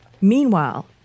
Meanwhile